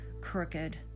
crooked